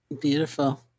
Beautiful